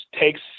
takes